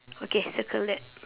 okay circle that